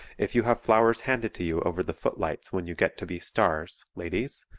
if you have flowers handed to you over the footlights when you get to be stars, ladies,